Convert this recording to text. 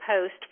post